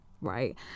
right